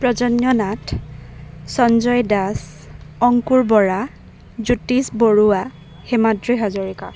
Prajanya Nath Sanjay Das Ankur Bora Jyotish Baruah Himadri Hazarika